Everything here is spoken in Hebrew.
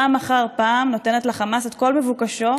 פעם אחר פעם היא נותנת לחמאס את כל מבוקשו,